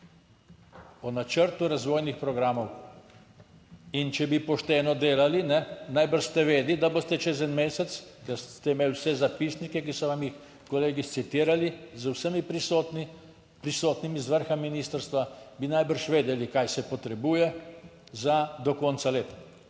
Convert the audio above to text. O načrtu razvojnih programov. In če bi pošteno delali, najbrž ste vedeli, da boste čez en mesec, ker ste imeli vse zapisnike, ki so vam jih kolegi citirali, z vsemi prisotni, prisotnimi z vrha ministrstva, bi najbrž vedeli, kaj se potrebuje za, do konca leta,